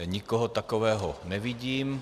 Nikoho takového nevidím.